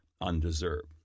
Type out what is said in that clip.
undeserved